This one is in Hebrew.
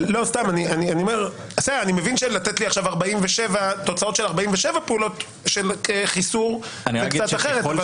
אני מבין שלתת לי תוצאות של 47 פעולות של חיסור זה קצת אחרת.